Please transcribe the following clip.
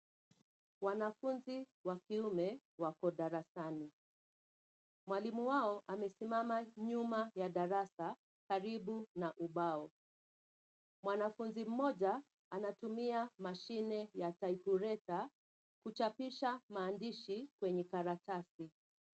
Wanafunzi wa kiume wako darasani. Mwalimu wao amesimama nyuma ya darasa karibu na ubao. Mwanafunzi mmoja anatumia mashine ya taipureta kuchapisha maandishi kwenye karatasi.